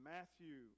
Matthew